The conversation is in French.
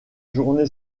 journée